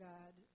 God